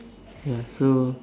ya so